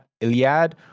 Iliad